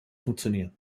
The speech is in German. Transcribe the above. funktionieren